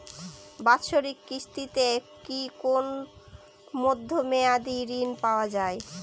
বাৎসরিক কিস্তিতে কি কোন মধ্যমেয়াদি ঋণ পাওয়া যায়?